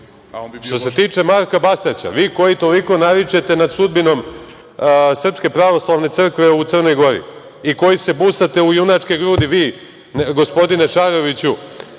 se tiče Marka Bastaća, vi koji toliko naričete nad sudbinom Srpske pravoslavne crkve u Crnoj Gori i koji se busate u junačke grudi, gospodine Šaroviću,